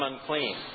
unclean